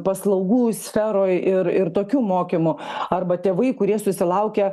paslaugų sferoj ir tokių mokymų arba tėvai kurie susilaukia